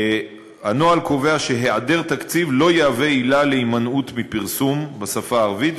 הנוהל קובע שהיעדר תקציב לא יהווה עילה להימנעות מפרסום בשפה הערבית,